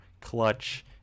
clutch